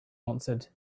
answered